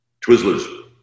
Twizzlers